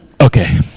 Okay